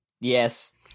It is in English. Yes